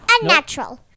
Unnatural